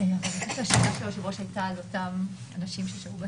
היושב ראש הייתה לגבי אותם אנשים ששהו בטיסה.